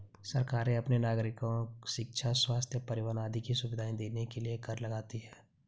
सरकारें अपने नागरिको शिक्षा, स्वस्थ्य, परिवहन आदि की सुविधाएं देने के लिए कर लगाती हैं